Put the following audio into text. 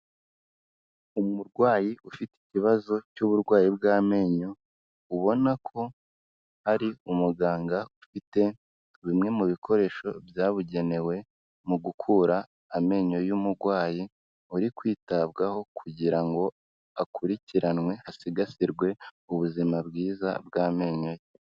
Umurwayi ufite ikibazo cy'uburwayi bw'amenyo, ubona ko ari umuganga ufite bimwe mu bikoresho byabugenewe mu gukura amenyo y'umurwayi uri kwitabwaho kugira ngo akurikiranwe, hasigasirwe ubuzima bwiza bw'amenyo ye.